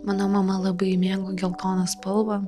mano mama labai mėgo geltoną spalvą